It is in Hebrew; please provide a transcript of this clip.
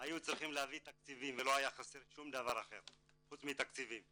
היו צריכים להביא תקציבים ולא היה חסר שום דבר אחר חוץ מתקציבים.